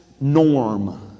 norm